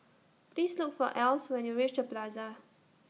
Please Look For Else when YOU REACH The Plaza